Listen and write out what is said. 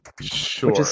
Sure